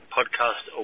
Podcast